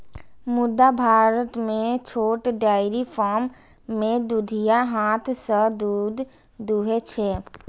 मुदा भारत मे छोट डेयरी फार्म मे दुधिया हाथ सं दूध दुहै छै